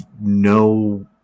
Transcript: no